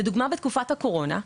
לדוגמה בתקופת הקורונה,